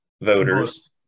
voters